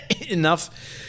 enough